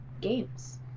games